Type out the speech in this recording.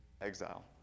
exile